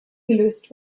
gelöst